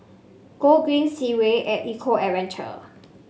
Gogreen Segway at Eco Adventure